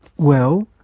well,